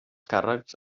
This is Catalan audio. càrrecs